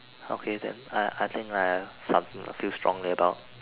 okay then uh I I think I have something I feel strongly about